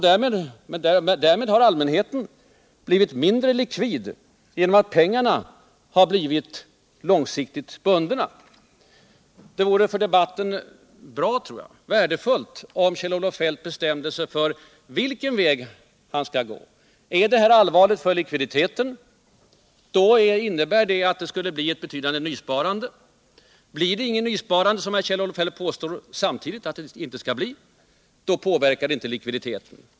Däremot har allmänheten blivit mindre likvid genom att pengarna har blivit långsiktigt bundna. Det vore för debatten värdefullt om Kjell-Olof Feldt bestämde sig för vilken väg han skall gå. Är detta allvarligt för likviditeten innebär det ett betydande nysparande. Blir det inget nysparande, vilket Kjell-Olof Feldt påstår, påverkas inte likviditeten.